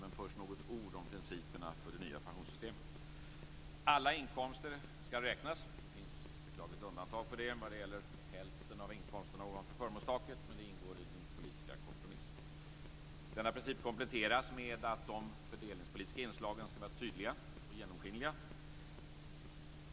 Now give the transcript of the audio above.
Först dock några ord om principerna för det nya pensionssystemet. Alla inkomster skall räknas. Det finns ett beklagligt undantag för det när det gäller hälften av inkomsterna ovanför förmånstaket, men det ingår i den politiska kompromissen. Denna princip kompletteras med att de fördelningspolitiska inslagen skall vara tydliga och genomskinliga.